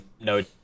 No